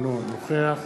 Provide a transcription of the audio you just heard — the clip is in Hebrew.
אינו נוכח